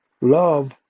love